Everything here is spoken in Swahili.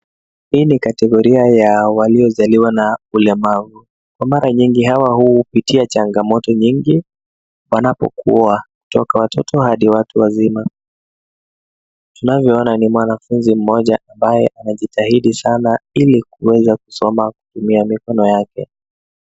Hii categoria ya waliozaliwa na ulemavu kwa mara nyingi hawa huu kupitia changamoto nyingi wanapokuwa toka watoto hadi watu wazima. Tunavyoona ni mwanafunzi mmoja ambaye anajitahidi sana ili kuweza kusoma kutumia mikono yake.